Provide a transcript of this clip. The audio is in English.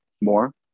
more